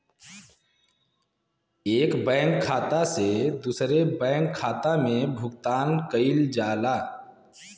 एक बैंक खाता से दूसरे बैंक खाता में भुगतान कइल जाला